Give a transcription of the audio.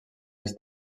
els